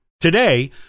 today